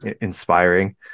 inspiring